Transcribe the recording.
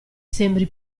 sembri